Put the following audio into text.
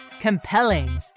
compelling